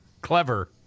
Clever